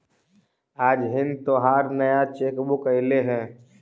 आज हिन् तोहार नया चेक बुक अयीलो हे